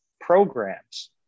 programs